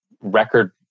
record